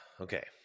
Okay